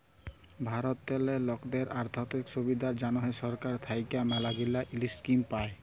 ভারতেল্লে লকদের আথ্থিক সুবিধার জ্যনহে সরকার থ্যাইকে ম্যালাগিলা ইস্কিম পায়